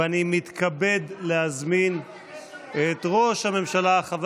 ואני מתכבד להזמין את ראש הממשלה חבר